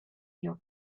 your